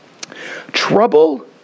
Trouble